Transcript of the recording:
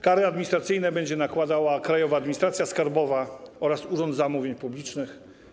Kary administracyjne będzie nakładała Krajowa Administracja Skarbowa oraz Urząd Zamówień Publicznych.